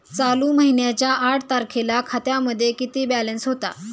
चालू महिन्याच्या आठ तारखेला खात्यामध्ये किती बॅलन्स होता?